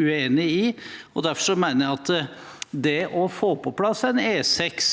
uenig i. Derfor mener jeg at det å få på plass en E6